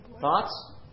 Thoughts